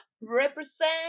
represent